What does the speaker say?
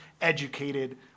educated